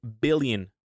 billion